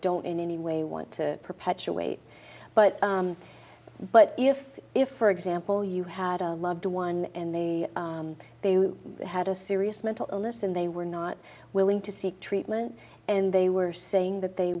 don't in any way want to perpetuate but but if if for example you had a loved one and they had a serious mental illness and they were not willing to seek treatment and they were saying that they